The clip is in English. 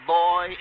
boy